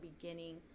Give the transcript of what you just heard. beginning